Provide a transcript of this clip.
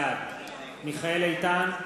בעד מיכאל איתן,